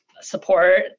support